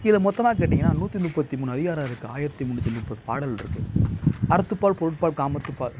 இதில் மொத்தமாக கேட்டீங்கன்னால் நூற்றி முப்பத்தி மூணு அதிகாரம் இருக்குது ஆயிரத்து முன்னூற்றி முப்பது பாடலிருக்கு அறத்துப்பால் பொருட்பால் காமத்துப்பால்